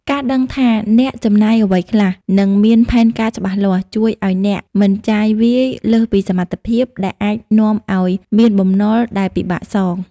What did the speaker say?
ការដឹងថាអ្នកចំណាយអ្វីខ្លះ និងមានផែនការច្បាស់លាស់ ជួយឱ្យអ្នកមិនចាយវាយលើសពីសមត្ថភាព ដែលអាចនាំឱ្យមានបំណុលដែលពិបាកសង។